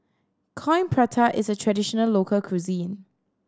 Coin Prata is a traditional local cuisine